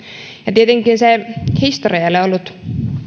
tietenkään historia ei ole ollut